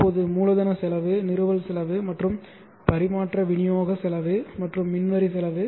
இப்போது மூலதன செலவு நிறுவல் செலவு மற்றும் பரிமாற்ற விநியோக செலவு மற்றும் மின் வரி செலவு